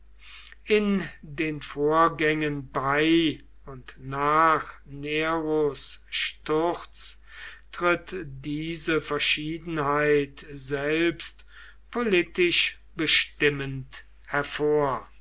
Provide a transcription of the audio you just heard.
in den vorgängen bei und nach neros sturz tritt diese verschiedenheit selbst politisch bestimmend hervor